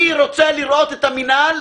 אני רוצה לראות את המינהל